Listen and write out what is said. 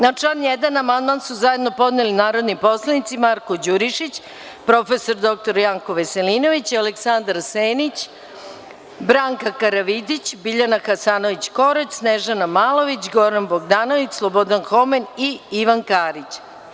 Na član 1. amandman su zajedno podneli narodni poslanici Marko Đurišić, prof. dr Janko Veselinović, Aleksandar Senić, Branka Karavidić, Biljana Hasanović Korać, Snežana Malović, Goran Bogdanović, Slobodan Homen i Ivan Karić.